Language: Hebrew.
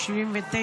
79,